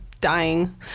dying